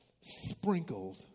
sprinkled